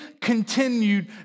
continued